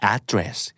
Address